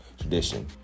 tradition